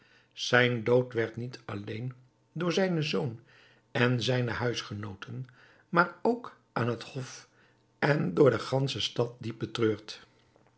zijn dood werd niet alleen door zijnen zoon en zijne huisgenooten maar ook aan het hof en door de gansche stad diep betreurd